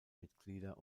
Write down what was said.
mitglieder